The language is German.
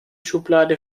schublade